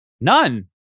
None